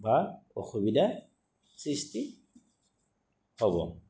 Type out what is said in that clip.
বা অসুবিধাৰ সৃষ্টি হ'ব